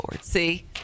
See